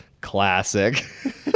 Classic